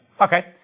okay